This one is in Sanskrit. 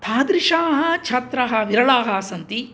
तादृशाः छात्राः विरलाः सन्ति